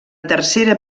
tercera